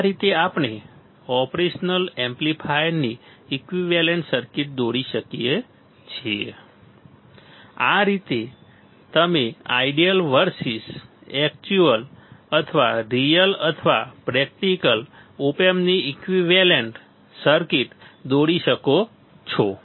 આ રીતે આપણે ઓપરેશનલ એમ્પ્લીફાયરની ઈક્વિવેલેન્ટ સર્કિટ દોરી શકીએ છીએ આ રીતે તમે આઇડિયલ વર્સીસ એક્ચ્યુઅલ અથવા રીઅલ અથવા પ્રેક્ટિકલ ઓપ એમ્પની ઈક્વિવેલેન્ટ સર્કિટ દોરી શકો છો